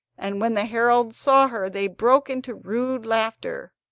and when the heralds saw her they broke into rude laughter.